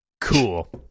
Cool